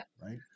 right